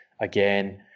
again